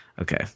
okay